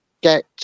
get